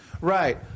Right